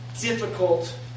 difficult